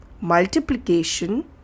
Multiplication